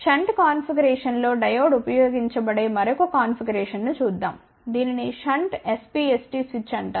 shunt కాన్ఫిగరేషన్లో diode ఉపయోగించబడే మరొక కాన్ఫిగరేషన్ను చూద్దాం దీనిని షంట్ SPST స్విచ్ అంటారు